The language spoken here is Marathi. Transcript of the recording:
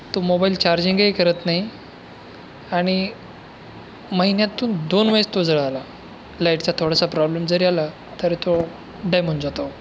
तो मोबाईल चार्जिंगही करत नाही आणि महिन्यातून दोन वेळेस तो जळाला लाईटचा थोडासा प्रॉब्लेम जरी आला तरी तो डॅम होऊन जातो